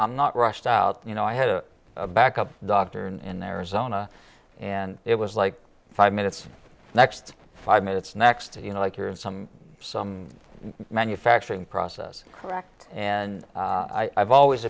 i'm not rushed out you know i had a backup doctor in arizona and it was like five minutes the next five minutes next to you know like you're in some manufacturing process correct and i've always